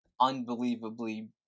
unbelievably